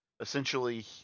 essentially